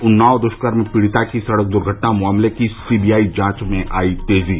उन्नाव दुष्कर्म पीड़िता की सड़क दुर्घटना मामले की सी बी आई जांच में आई तेजी